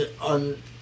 on